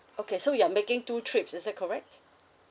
okay so you are making two trips is that correct